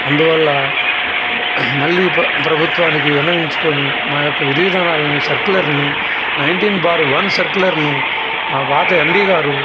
అందువల్ల మళ్ళీ ప్రభుత్వానికి విన్నవించుకుని మా యొక్క విధి విధానాలను సర్క్యులర్ను నైన్టీన్ బార్ వన్ సర్క్యులర్ను మా పాత ఎండీ గారు